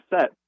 set